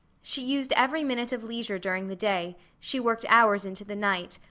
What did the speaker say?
she used every minute of leisure during the day, she worked hours into the night,